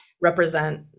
represent